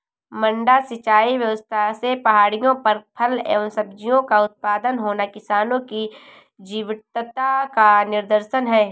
मड्डा सिंचाई व्यवस्था से पहाड़ियों पर फल एवं सब्जियों का उत्पादन होना किसानों की जीवटता का निदर्शन है